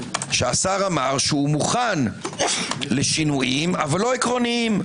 שהשר אמר שהוא מוכן לשינויים אבל לא עקרוניים.